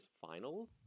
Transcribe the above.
finals